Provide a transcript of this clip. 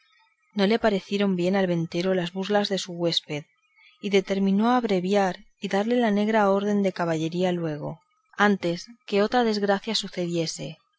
no le parecieron bien al ventero las burlas de su huésped y determinó abreviar y darle la negra orden de caballería luego antes que otra desgracia sucediese